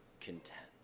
content